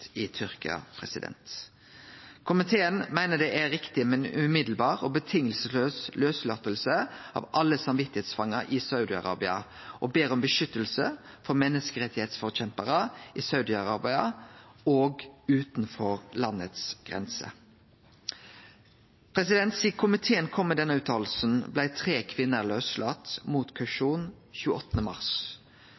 drepen i Tyrkia. Komiteen meiner det er riktig med lauslating, straks og utan vilkår, av alle samvitsfangar i Saudi-Arabia, og ber om vern av menneskerettsforkjemparar i Saudi-Arabia og utanfor landets grenser. Sidan komiteen kom med denne utsegna, har tre kvinner blitt lauslatne mot